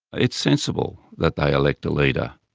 it's sensible that they elect a leader.